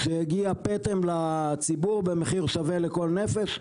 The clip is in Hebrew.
שיגיע פטם לציבור שמחיר שווה לכל נפש.